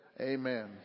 Amen